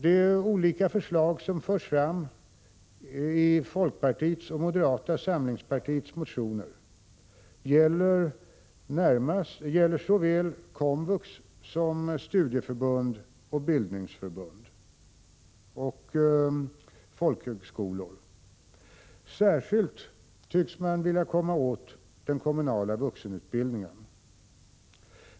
De olika förslag som förs fram i folkpartiets och moderata samlingspartiets motioner gäller såväl komvux som studieförbund, bildningsförbund och folkhögskolor. Särskilt tycks man vilja komma åt den kommunala vuxenutbildningen.